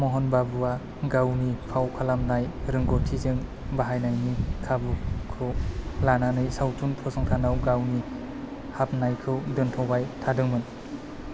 महन बाबुआ गावनि फाव खालामनाय रोंग'थिजों बाहायनायनि खाबुखौ लानानै सावथुन फसंथानाव गावनि हाबनायखौ दोनथ'बाय थादोंमोन